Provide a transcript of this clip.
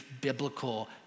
biblical